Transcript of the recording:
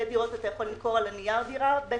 בית דירות אתה יכול למכור על הנייר ובית